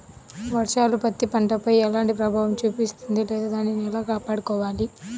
వర్షాలు పత్తి పంటపై ఎలాంటి ప్రభావం చూపిస్తుంద లేదా దానిని ఎలా కాపాడుకోవాలి?